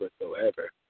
whatsoever